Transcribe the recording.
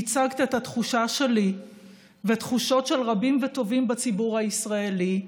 ייצגת את התחושה שלי ותחושות של רבים וטובים בציבור הישראלי.